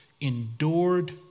endured